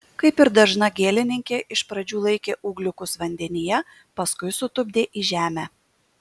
kaip ir dažna gėlininkė iš pradžių laikė ūgliukus vandenyje paskui sutupdė į žemę